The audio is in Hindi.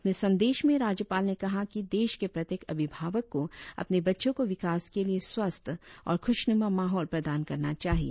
अपने संदेश में राज्यपाल ने कहा कि देश के प्रत्येक अभिभावक को अपने बच्चों को विकास के लिए स्वस्थ और खुशनुमा माहौल प्रदान करना चाहिए